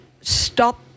stop